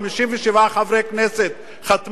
57 חברי כנסת חתמו,